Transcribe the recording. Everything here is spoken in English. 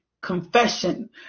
confession